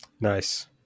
Nice